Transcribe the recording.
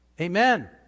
Amen